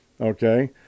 Okay